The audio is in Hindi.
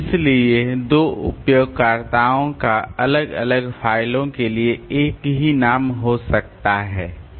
इसलिए दो उपयोगकर्ताओं का अलग अलग फ़ाइलों के लिए एक ही नाम हो सकता है ठीक है